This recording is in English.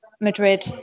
Madrid